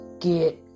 get